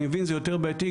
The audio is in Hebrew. אני מבין שזה יותר בעייתי.